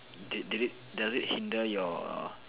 did did it does it hinder your